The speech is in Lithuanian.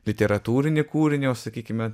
literatūrinį kūrinio sakykime